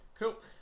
cool